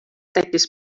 tekkis